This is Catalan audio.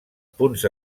punts